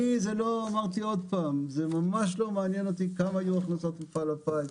אמרתי: זה ממש לא מעניין כמה יהיו הכנסות מפעל הפיס.